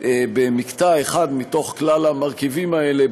במקטע אחד מתוך כלל המרכיבים האלה,